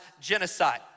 genocide